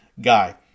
Guy